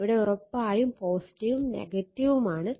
ഇവിടെ ഉറപ്പായും ഉം ഉം ആണ്